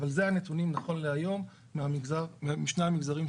אבל אלה הנתונים נכון להיום משני המגזרים.